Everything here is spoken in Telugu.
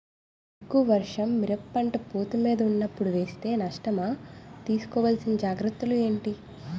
ఎక్కువ వర్షం మిరప పంట పూత మీద వున్నపుడు వేస్తే నష్టమా? తీస్కో వలసిన జాగ్రత్తలు ఏంటి?